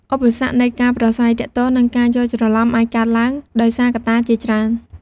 ឧបសគ្គនៃការប្រាស្រ័យទាក់ទង និងការយល់ច្រឡំ អាចកើតឡើងដោយសារកត្តាជាច្រើន។